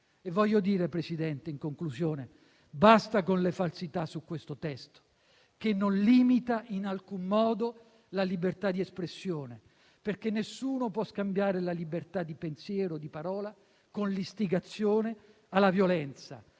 Signor Presidente, in conclusione voglio dire basta con le falsità su questo testo, che non limita in alcun modo la libertà di espressione, perché nessuno può scambiare la libertà di pensiero o di parola con l'istigazione alla violenza.